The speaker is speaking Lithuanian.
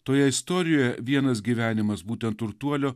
toje istorijoje vienas gyvenimas būtent turtuolio